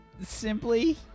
Simply